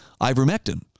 ivermectin